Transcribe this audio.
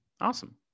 Awesome